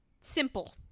Simple